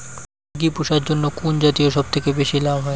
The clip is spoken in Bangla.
মুরগি পুষার জন্য কুন জাতীয় সবথেকে বেশি লাভ হয়?